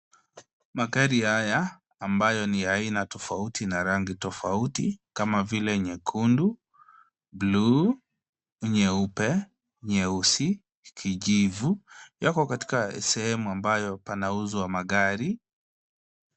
Magari haya ambayo ni aina tofauti na rangi tofauti kama vile nyekundu, buluu, nyeupe, nyeusi na kijivu yako katika sehemu ambayo panauzwa magari.